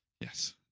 Yes